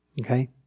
Okay